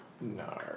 No